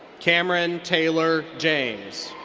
camryn taylor james.